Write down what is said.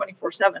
24-7